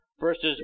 Versus